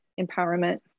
empowerment